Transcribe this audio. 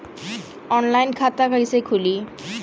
Online खाता कइसे खुली?